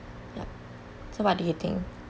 yup so what do you think